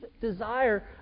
desire